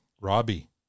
Robbie